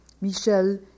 Michel